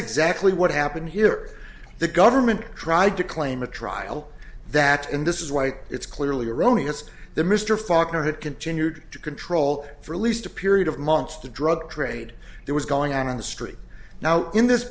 exactly what happened here the gov tried to claim a trial that and this is why it's clearly erroneous the mr faulkner had continued to control for at least a period of months the drug trade there was going on on the street now in this